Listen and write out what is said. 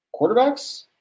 Quarterbacks